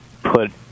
put